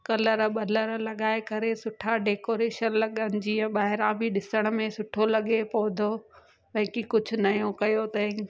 colour वलर लॻाए करे सुठा डेकोरेशन लॻनि जींअ ॿाहिरां बि ॾिसण में सुठो लॻे पौधो भई की कुझु नयों कयो अथईं